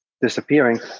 disappearing